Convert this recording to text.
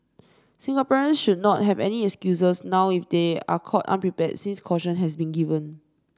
Singaporeans should not have any excuses now if they are caught unprepared since caution has been given